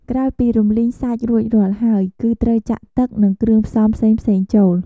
ក្រោយពីរំលីងសាច់រួចរាល់ហើយ គឺត្រូវចាក់ទឹក និងគ្រឿងផ្សំផ្សេងៗចូល។